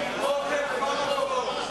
חוק טוב.